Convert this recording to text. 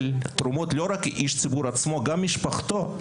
הוא ומשפחתו,